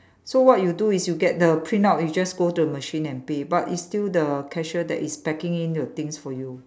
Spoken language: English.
so what you do is you get the print out you go to the machine and pay but it's still the cashier that is packing in your things for you